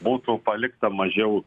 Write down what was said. būtų palikta mažiau